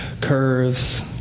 curves